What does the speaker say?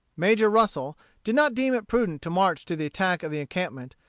major russel did not deem it prudent to march to the attack of the encampment,